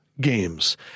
games